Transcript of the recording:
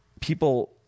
people